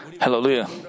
Hallelujah